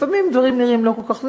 לפעמים דברים נראים לא כל כך,